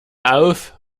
auf